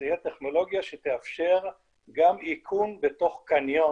זו תהיה טכנולוגיה שתאפשר גם איכון בתוך קניון